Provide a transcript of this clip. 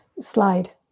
slide